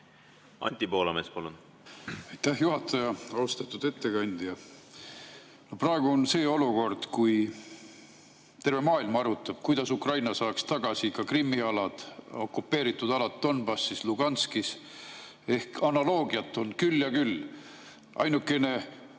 Anti Poolamets, palun! Aitäh, juhataja! Austatud ettekandja! Praegu on olukord, kus terve maailm arutab, kuidas Ukraina saaks tagasi ka Krimmi alad, okupeeritud alad Donbassis, Luhanskis. Analoogiat on küll ja küll. Ainukene